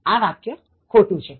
આ વાક્ય ખોટું છે